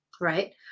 right